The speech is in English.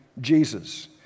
Jesus